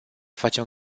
facem